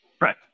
right